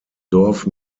dorf